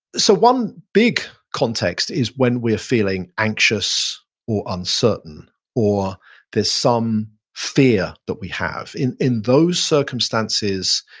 so one big context is when we're feeling anxious or uncertain or there's some fear that we have. in in those circumstances,